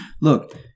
Look